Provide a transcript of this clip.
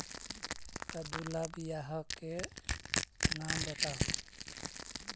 कददु ला बियाह के नाम बताहु?